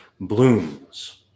blooms